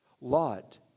Lot